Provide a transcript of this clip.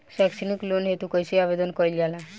सैक्षणिक लोन हेतु कइसे आवेदन कइल जाला?